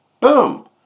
boom